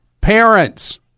Parents